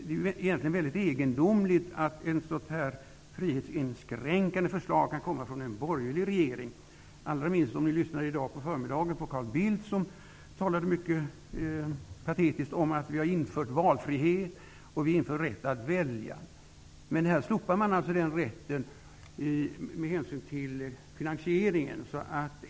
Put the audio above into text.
Det är egentligen egendomligt att ett sådant här frihetsinskränkande förslag kan komma från den borgerliga regeringen, särskilt när vi på förmiddagen hörde Carl Bildt tala mycket patetiskt om att man har infört valfrihet, att vi inför rätt att välja olika saker. Här skulle man alltså slopa valfriheten med hänvisning till finansieringen.